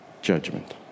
judgment